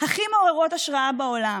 הכי מעוררות השראה בעולם,